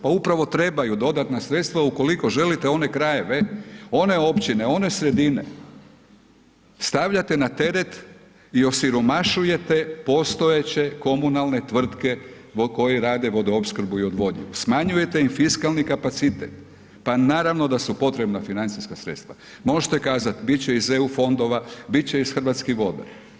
Pa upravo trebaju dodatna sredstva ukoliko želite one krajeve, one općine, one sredine stavljate na teret i osiromašujete postojeće komunalne tvrtke zbog kojih rade vodoopskrbu i odvodnju, smanjujete im fiskalni kapacitet, pa naravno da su potrebna financijska sredstva, možete kazat' bit će iz EU fondova, bit će iz Hrvatskih voda.